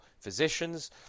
physicians